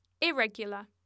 Irregular